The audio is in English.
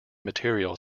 material